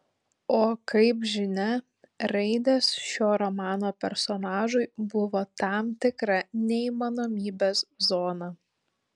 o kaip žinia raidės šio romano personažui buvo tam tikra neįmanomybės zona